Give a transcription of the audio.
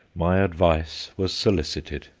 my advice was solicited.